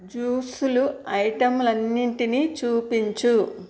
జ్యూసులు ఐటెమ్లు అన్నిటిని చూపించు